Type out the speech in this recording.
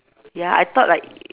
ya I thought like